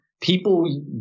people